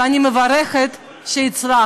ואני מברכת על כך שהצלחנו.